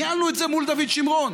ניהלנו את זה מול דוד שמרון,